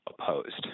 Opposed